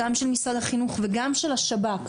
למשרד החינוך ולשב"כ.